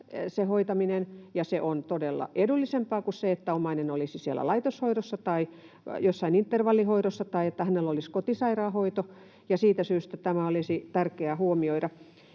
ja se on todella edullisempaa kuin se, että omainen olisi laitoshoidossa tai jossain intervallihoidossa tai että hänellä olisi kotisairaanhoito, ja siitä syystä tämä olisi tärkeää huomioida.